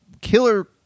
killer